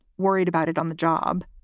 worried about it on the job.